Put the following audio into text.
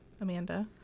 Amanda